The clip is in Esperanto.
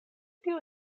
tiu